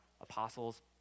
apostles